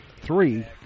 three